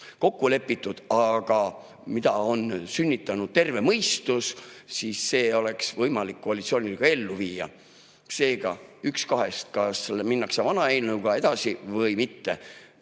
kokku lepitud, aga mida on sünnitanud terve mõistus, oleks võimalik koalitsioonil ellu viia. Seega üks kahest: kas minnakse vana eelnõuga edasi või mitte.